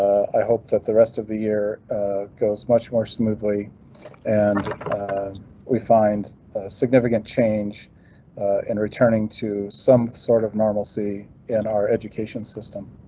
i hope that the rest of the year goes much more smoothly and we find a significant change in returning to some sort of normalcy in our education system.